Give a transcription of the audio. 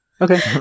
Okay